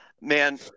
Man